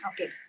Okay